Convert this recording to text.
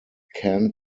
can